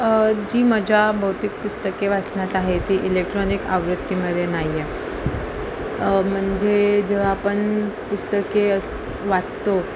जी मजा भौतिक पुस्तके वाचण्यात आहे ती इलेक्ट्रॉनिक आवृत्तीमध्ये नाही आहे म्हणजे जेव्हा आपण पुस्तके असं वाचतो